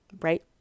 right